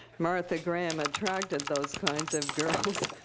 martha graham attracted those kinds of girls.